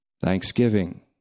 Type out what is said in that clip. Thanksgiving